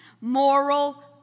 moral